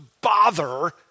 bother